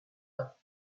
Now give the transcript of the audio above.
temps